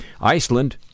Iceland